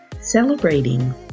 Celebrating